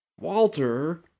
Walter